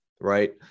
right